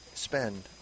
spend